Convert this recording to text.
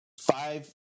five